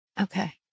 Okay